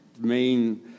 main